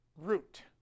root